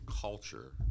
culture